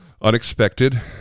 unexpected